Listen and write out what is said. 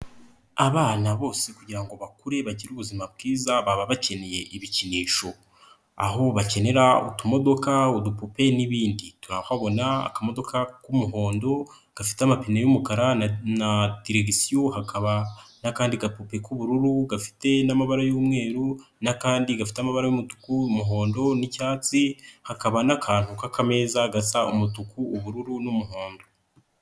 Abana bose kugira bakure bagire ubuzima bwiza baba bakeneye ibikinisho, aho bakenera utumodoka, udupupe n'ibindi, turahabona akamodoka k'umuhondo gafite amapine y'umukara na deregisiyo, hakaba n'akandi gapupe k'ubururu gafite n'amabara y'umweru n'akandi gafite amabara y'umutuku, umuhondo n'icyatsi, hakaba n'akantu k'akameza gasa umutuku, ubururu n'umuhondo.